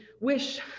wish